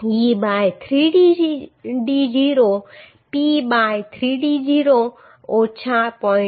e by 3d0 p by 3d0 ઓછા 0